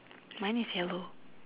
mine is yellow